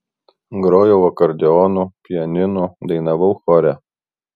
grojau akordeonu pianinu dainavau chore